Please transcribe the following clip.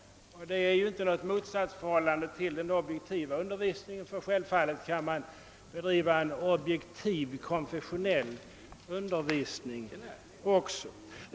Detta står inte i något motsatsförhållande till kravet på objektiv undervisning; självfallet kan man bedriva en objektiv konfessionell undervisning också.